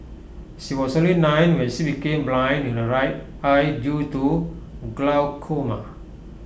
she was only nine when she became blind in her right eye due to glaucoma